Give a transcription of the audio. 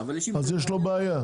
אז יש לו בעיה.